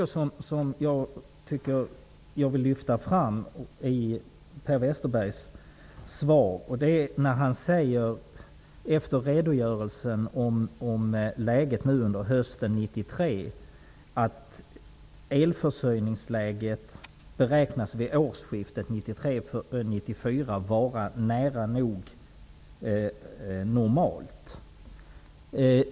Ett par saker som jag vill lyfta fram i Per Westerbergs svar är det som han säger efter redogörelsen av läget under hösten 1993, dvs. att elförsörjningsläget vid årsskiftet 1993/94 beräknas vara nära nog normalt.